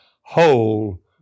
whole